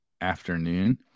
afternoon